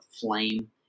flame